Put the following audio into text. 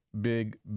big